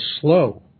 slow